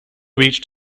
reached